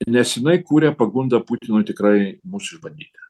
nes jinai kuria pagundą putinui tikrai mus išbandyti